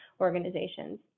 organizations